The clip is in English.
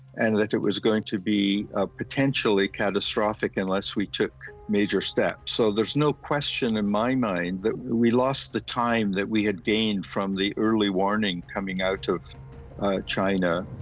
and that it was going to be potentially catastrophic unless we took major steps. so there's no question in my mind that we lost the time that we had gained from the early warning coming out of china.